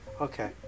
Okay